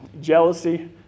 Jealousy